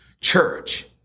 church